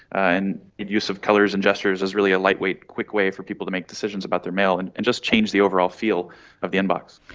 and the use of colours and gestures is really a lightweight quick way for people to make decisions about their mail and and just change the overall feel of the inbox.